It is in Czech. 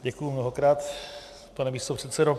Děkuji mnohokrát, pane místopředsedo.